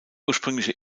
ursprüngliche